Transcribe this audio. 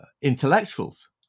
intellectuals